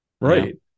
Right